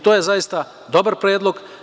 To je zaista dobar predlog.